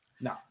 No